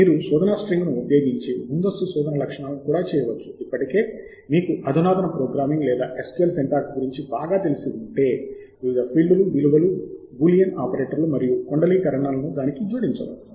మీరు శోధన స్ట్రింగ్ ఉపయోగించి ముందస్తు శోధన లక్షణాలను కూడా చేయవచ్చు ఇప్పటికే మీకు అధునాతన ప్రోగ్రామింగ్ లేదా SQL సింటాక్స్ గురించి బాగా తెలిసి ఉంటే వివిధ ఫీల్డ్లు విలువలు బూలియన్ ఆపరేటర్లు మరియు కుండలీకరణాలను దానికి జోడించవచ్చు